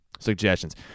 Suggestions